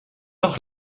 doch